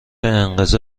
انقضا